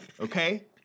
Okay